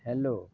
hello